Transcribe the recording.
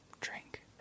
Drink